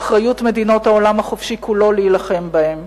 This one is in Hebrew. באחריות מדינות העולם החופשי כולו להילחם בהן.